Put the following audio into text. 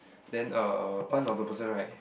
then uh one of the person right